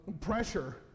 pressure